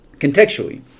contextually